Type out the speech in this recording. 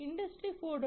industry 4